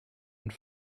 und